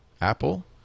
Apple